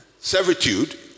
Servitude